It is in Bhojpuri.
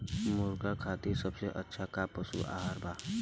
मुर्गा खातिर सबसे अच्छा का पशु आहार बा?